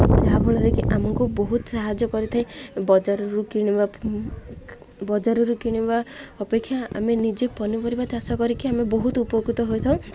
ଯାହାଫଳରେକି ଆମକୁ ବହୁତ ସାହାଯ୍ୟ କରିଥାଏ ବଜାରରୁ କିଣିବା ବଜାରରୁ କିଣିବା ଅପେକ୍ଷା ଆମେ ନିଜେ ପନିପରିବା ଚାଷ କରିକି ଆମେ ବହୁତ ଉପକୃତ ହୋଇଥାଉ